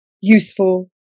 useful